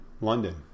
London